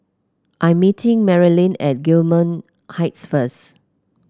I am meeting Marilyn at Gillman Heights first